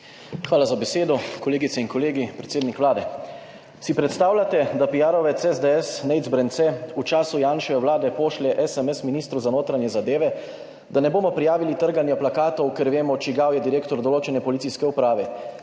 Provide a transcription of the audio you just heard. Hvala za besedo. Kolegice in kolegi, predsednik Vlade! Si predstavljate, da piarovec SDS Nejc Brence v času Janševe vlade pošlje SMS ministru za notranje zadeve, da ne bomo prijavili trganja plakatov, ker vemo, čigav je direktor določene policijske uprave?